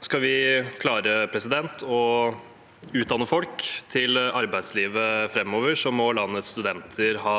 Skal vi klare å utdanne folk til arbeidslivet framover, må landets studenter ha